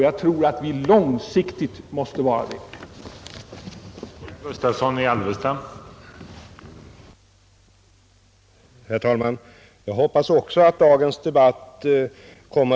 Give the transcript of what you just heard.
Jag tror att vi på lång sikt skall kunna lösa detta stora och komplicerade problem.